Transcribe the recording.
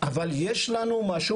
אבל יש לנו משהו